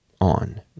on